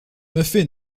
muffins